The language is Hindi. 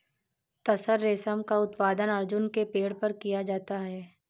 तसर रेशम का उत्पादन अर्जुन के पेड़ पर किया जाता है